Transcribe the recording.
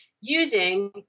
using